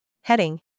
Heading